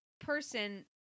person